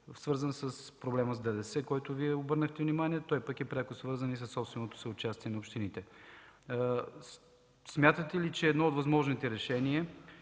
свързан с проблема с ДДС, на който Вие обърнахте внимание. Той е пряко свързан със собственото съучастие на общините. Смятате ли, че едно от възможните решения